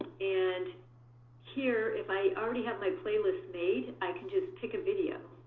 and here if i already have my playlist made, i can just pick a video,